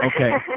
Okay